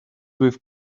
with